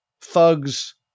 thugs